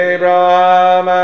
Abraham